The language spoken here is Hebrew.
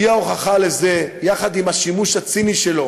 היא ההוכחה לזה, יחד עם השימוש הציני שלו